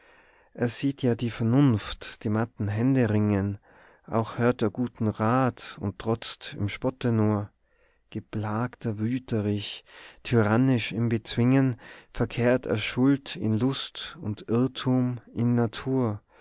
er sieht ja die vernunft die matten hände ringen auch hört er guten rat und trotzt im spotte nur geplagter wüterich tyrannisch im bezwingen verkehrt er schuld in lust und irrtum in natur